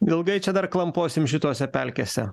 ilgai čia dar klamposim šitose pelkėse